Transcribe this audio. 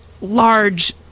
large